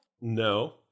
No